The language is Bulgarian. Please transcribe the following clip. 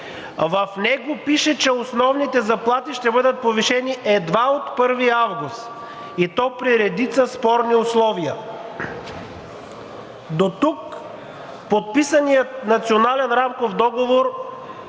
В него пише, че основните заплати ще бъдат повишени едва от 1 август, и то при редица спорни условия. Дотук подписаният Национален рамков договор